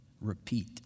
Repeat